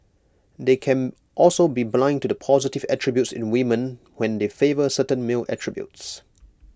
they can also be blind to the positive attributes in women when they favour certain male attributes